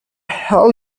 hell